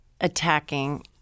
attacking